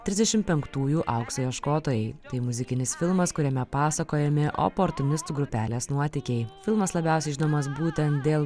trisdešim penktųjų aukso ieškotojai tai muzikinis filmas kuriame pasakojami oportunistų grupelės nuotykiai filmas labiausiai žinomas būtent dėl